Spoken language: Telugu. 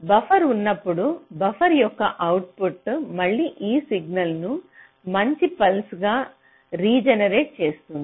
బఫర్ ఉన్నప్పుడు బఫర్ యొక్క అవుట్పుట్ మళ్ళీ ఈ సిగ్నల్ ను మంచి పల్స్ గా రీజనరేట్ చేస్తుంది